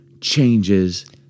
changes